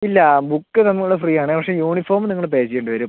ഇല്ല ബുക്ക് നമ്മൾ ഫ്രീ ആണ് പക്ഷെ യൂണിഫോം നിങ്ങൾ പേ ചെയ്യേണ്ടി വരും